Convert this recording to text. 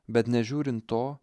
bet nežiūrint to